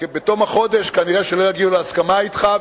בתום החודש כנראה לא יגיעו להסכמה אתך,